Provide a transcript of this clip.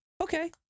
okay